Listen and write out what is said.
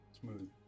smooth